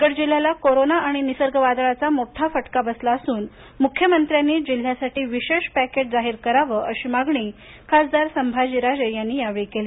रायगड जिल्ह्याला कोरोना आणि निसर्ग वादळाचा मोठा फटका बसला असून मुख्यमंत्र्यांनी जिल्ह्यासाठी विशेष पॅकेज जाहीर करावं अशी मागणी खासदार संभाजीराजे यांनी यावेळी केली